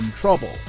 trouble